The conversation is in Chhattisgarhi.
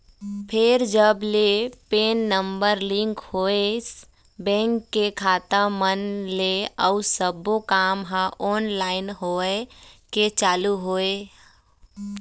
फेर जब ले पेन नंबर लिंक होइस बेंक के खाता मन ले अउ सब्बो काम ह ऑनलाइन होय के चालू होइस